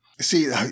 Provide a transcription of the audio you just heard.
See